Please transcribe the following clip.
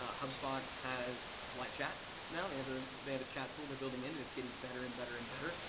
ah hubspot has like livechat now. they have ah they have a chat tool they're building in and it's getting better and better and better,